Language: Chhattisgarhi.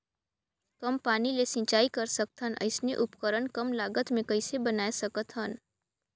कम पानी ले सिंचाई कर सकथन अइसने उपकरण कम लागत मे कइसे बनाय सकत हन?